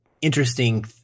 interesting